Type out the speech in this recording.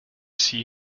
see